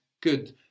Good